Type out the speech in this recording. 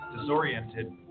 disoriented